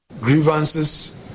grievances